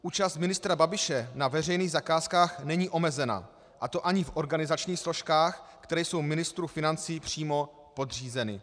Účast ministra Babiše na veřejných zakázkách není omezena, a to ani v organizačních složkách, které jsou ministru financí přímo podřízeny.